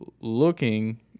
looking